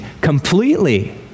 completely